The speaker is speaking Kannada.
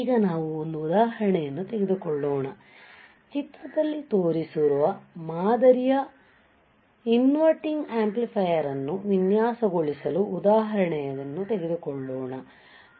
ಈಗ ನಾವು ಒಂದು ಉದಾಹರಣೆಯನ್ನು ತೆಗೆದುಕೊಳ್ಳೋಣ ಚಿತ್ರದಲ್ಲಿ ತೋರಿಸಿರುವ ಮಾದರಿಯ ಇನ್ವರ್ಟಿಂಗ್ ಆಂಪ್ಲಿಫೈಯರ್ ಅನ್ನು ವಿನ್ಯಾಸಗೊಳಿಸಲು ಉದಾಹರಣೆಯನ್ನು ತೆಗೆದುಕೊಳ್ಳೋಣ